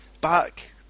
back